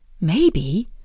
Maybe